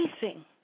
facing